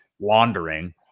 laundering